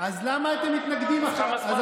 אז למה אתם מתנגדים עכשיו?